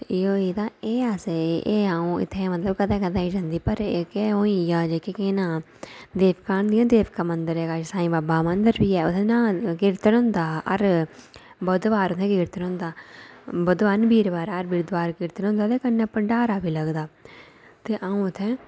ते एह् होई गेदा एह् असेंगी एह् अऊं इत्थै मतलब कदें कदें जंदी पर जेह्का होई गेआ जेह्का कि नांऽ देवका होंदियां देवका मंदर उत्थै सांई बाबा दा मंदर बी ऐ उत्थै न्हान कीर्तन होंदा हर बुधवार उत्थै कीर्तन होंदा बुधवार नेईं बीरवार हर कीर्तन होंदा ते कन्नै भंडारा बी लगदा ते अऊं उत्थै